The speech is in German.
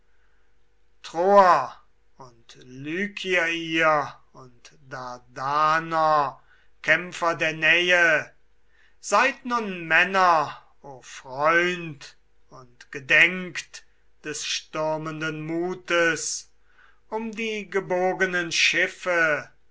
troer und lykier ihr und dardaner kämpfer der nähe seid nun männer o freund und gedenkt des stürmenden mutes um die gebogenen schiffe